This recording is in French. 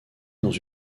dans